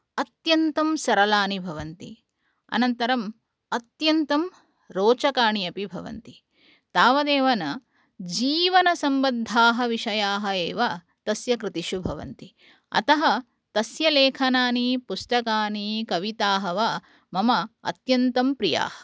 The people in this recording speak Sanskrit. अत्यन्तं सरलानि भवन्ति अनन्तरम् अत्यन्तं रोचकाणि अपि भवन्ति तावदेव न जीवनसम्बद्धाः विषयाः एव तस्य कृतिषु भवन्ति अतः तस्य लेखनानि पुस्तकानि कविताः वा मम अत्यन्तं प्रियाः